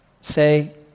Say